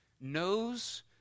knows